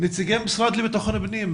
נציגי המשרד לביטחון פנים.